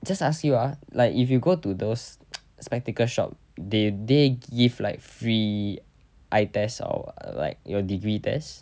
just ask you ah like if you go to those spectacle shop do they give like free eye test or wh~ like your degree test